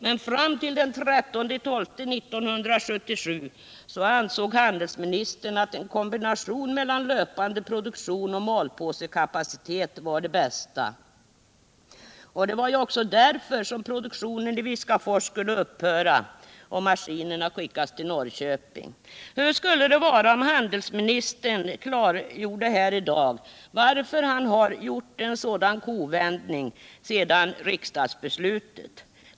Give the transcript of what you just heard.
Men fram till den 13 december 1977 ansåg handelsministern att en kombination mellan löpande produktion och malpåsekapacitet var det bästa. Och det var ju också därför som produktionen i Viskafors skulle upphöra och maskinerna skickas till Norrköping. Hur skulle det vara om handelsministern här i dag klargjorde varför han har gjort en sådan kovändning sedan riksdagsbeslutet?